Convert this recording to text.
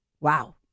Wow